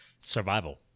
Survival